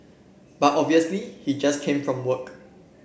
but obviously he just came from work